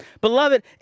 Beloved